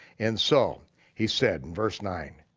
and so he said, in verse nine,